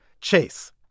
Chase